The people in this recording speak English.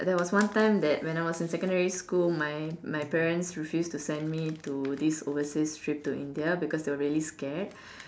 there was one time that when I was in secondary school my my parents refused to send me to this overseas trip to India because they were really scared